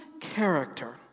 character